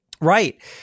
Right